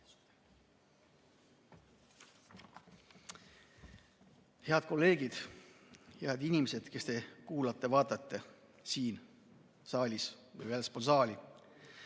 Head kolleegid! Head inimesed, kes te kuulate ja vaatate siin saalis või ka väljaspool saali!